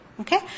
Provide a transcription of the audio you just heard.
Okay